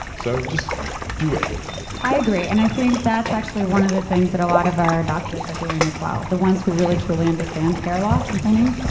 so, just do it i agree, and i think that's actually one of the things that a lot of our doctors are doing as well. the ones who really truly understand hair loss and thinning,